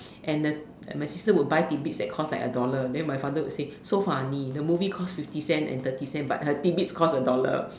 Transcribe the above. and the my sister would buy tidbits that cost like a dollar then my father would say so funny the movie cost fifty cents and thirty cents but the tidbits cost a dollar